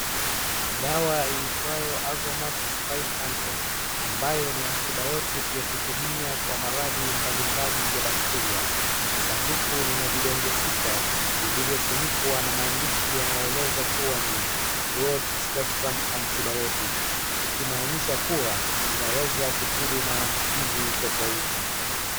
Dawa iitwayo Azomax 500 , ambayo ni antibiotic ya kutumia kwa maradhi mbalimbali ya bakteria. Sanduku lina vidonge sita vilivyofunikwa na maandishi yanayoeleza kuwa ni broad spectrum antibiotic , ikimaanisha kuwa inaweza kutibu maambukizi tofauti.